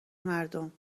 مردم